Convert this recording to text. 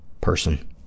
person